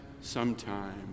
sometime